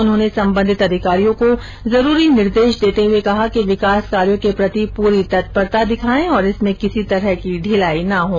उन्होंने सम्बन्धित अधिकारियों को जरूरी निर्देश देते हुए कहा कि विकास कार्यों के प्रति पूरी तत्परता दिखाएं और इसमें किसी तरह की ढिलाई न हों